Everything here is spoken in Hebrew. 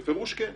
בפירוש כן.